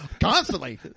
constantly